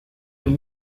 est